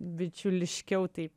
bičiuliškiau taip